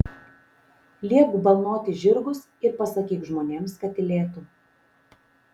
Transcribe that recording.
liepk balnoti žirgus ir pasakyk žmonėms kad tylėtų